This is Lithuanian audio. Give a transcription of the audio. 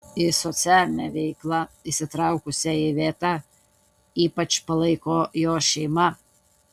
į socialinę veiklą įsitraukusią ivetą ypač palaiko jos šeima